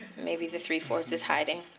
maybe the three forces hiding,